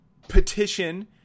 petition